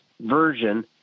version